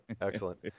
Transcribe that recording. Excellent